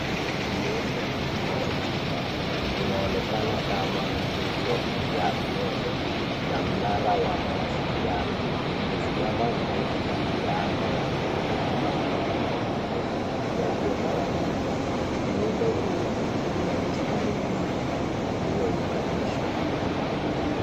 Ni muundo mkubwa wa chuma, unaonekana kama nguzo ya umeme na mnara wa mawasiliano. Umesimama mrefu dhidi ya anga la blue lenye mawingu meupe yaliyotawanyika . Muundo huu una mistari mingi iliyounganishwa.